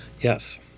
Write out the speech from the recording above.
Yes